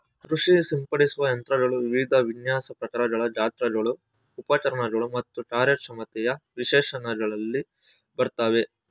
ಕೃಷಿ ಸಿಂಪಡಿಸುವ ಯಂತ್ರಗಳು ವಿವಿಧ ವಿನ್ಯಾಸ ಪ್ರಕಾರಗಳು ಗಾತ್ರಗಳು ಉಪಕರಣಗಳು ಮತ್ತು ಕಾರ್ಯಕ್ಷಮತೆಯ ವಿಶೇಷಣಗಳಲ್ಲಿ ಬರ್ತವೆ